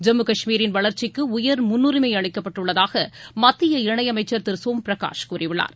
ஜம்மு கஷ்மீரின் வளர்ச்சிக்கு உயர் முன்னுரிமை அளிக்கப்பட்டுள்ளதாக மத்திய இணையமைச்சர் திரு சோம் பிரகாஷ் கூறியுள்ளார்